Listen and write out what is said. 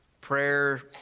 prayer